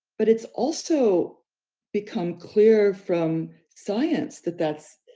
but it's also become clear from science that that's,